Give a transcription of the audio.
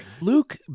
Luke